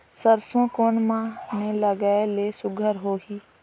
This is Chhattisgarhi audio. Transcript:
सरसो कोन माह मे लगाय ले सुघ्घर होही?